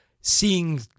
seeing